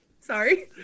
Sorry